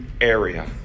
area